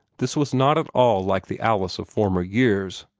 this was not at all like the alice of former years,